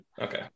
Okay